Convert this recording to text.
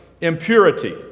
Impurity